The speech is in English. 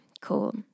Cool